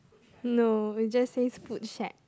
no it just said food shack